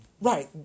Right